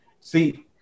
See